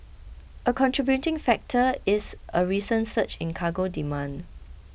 a contributing factor is a recent surge in cargo demand